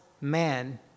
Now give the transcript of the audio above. man